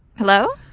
hello?